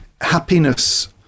happiness